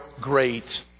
great